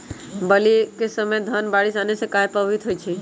बली क समय धन बारिस आने से कहे पभवित होई छई?